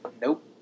nope